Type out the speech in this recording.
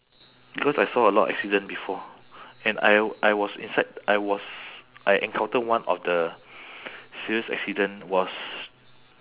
because I saw a lot accident before and I I was inside I was I encounter one of the serious accident was